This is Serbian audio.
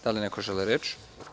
Da li neko želi reč?